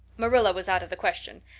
marilla was out of the question.